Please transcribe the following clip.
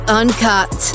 uncut